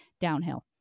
downhill